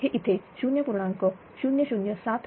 हे इथे 0